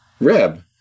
Reb